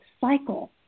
cycle